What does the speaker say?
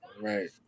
right